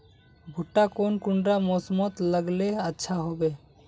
भुट्टा कौन कुंडा मोसमोत लगले अच्छा होबे?